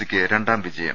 സിക്ക് രണ്ടാം വിജ യം